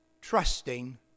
trusting